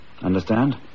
Understand